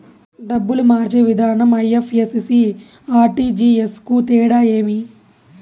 డబ్బులు మార్చే విధానం ఐ.ఎఫ్.ఎస్.సి, ఆర్.టి.జి.ఎస్ కు తేడా ఏమి?